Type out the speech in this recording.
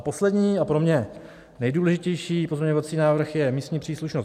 Poslední a pro mě nejdůležitější pozměňovací návrh je místní příslušnost exekutorů.